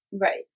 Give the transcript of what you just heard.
right